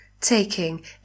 taking